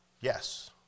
Yes